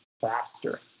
faster